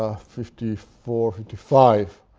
ah fifty-four, fifty-five,